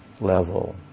level